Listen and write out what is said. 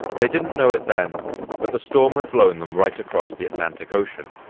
they didn't know it then but the storm had blown them right across the atlantic ocean,